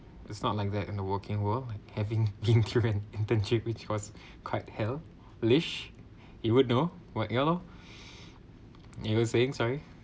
it's not like that in the working world having intern internship which was quite hellish you would know what ya lor you were saying sorry